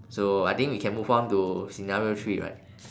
so I think we can move on to scenario three right